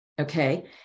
okay